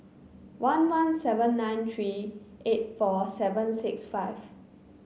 one one seven nine three eight four seven six five